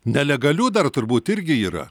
nelegalių dar turbūt irgi yra